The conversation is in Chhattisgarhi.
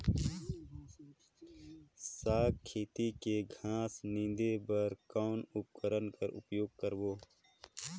साग खेती के घास निंदे बर कौन उपकरण के उपयोग करबो?